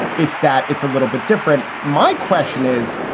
it's that it's a little bit different. my question is,